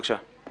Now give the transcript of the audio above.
בבקשה.